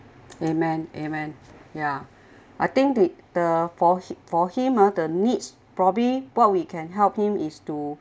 amen amen ya I think the the for for him uh the needs probably what we can help him is to